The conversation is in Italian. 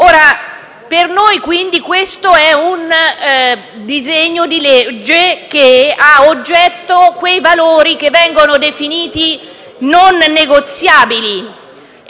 Per noi, quindi, questo è un disegno di legge che ha ad oggetto quei valori che vengono definiti non negoziabili